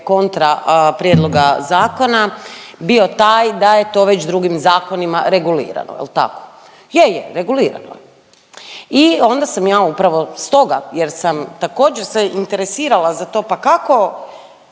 kontra prijedloga zakona bio taj da je to već drugim zakonima regulirano jel tako? Je, je, regulirano je. I onda sam ja upravo stoga jer sam također se interesirala za to, pa kako